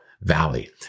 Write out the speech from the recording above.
valley